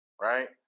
right